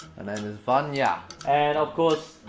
and name is vanya. and of course.